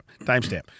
Timestamp